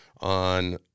on